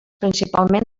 principalment